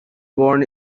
born